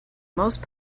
most